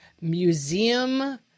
museum